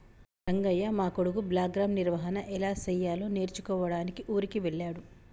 రంగయ్య మా కొడుకు బ్లాక్గ్రామ్ నిర్వహన ఎలా సెయ్యాలో నేర్చుకోడానికి ఊరికి వెళ్ళాడు